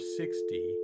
sixty